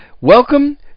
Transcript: Welcome